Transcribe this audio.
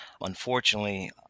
unfortunately